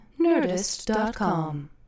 Nerdist.com